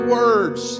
words